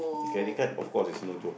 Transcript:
credit card of course is no joke